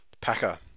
Packer